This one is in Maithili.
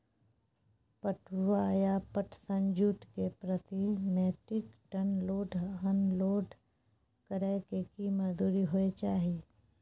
पटुआ या पटसन, जूट के प्रति metric tonne load unload करै के की मजदूरी होय चाही?